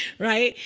right?